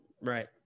Right